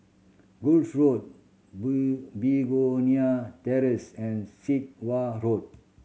Road Begonia Terrace and Sit Wah Road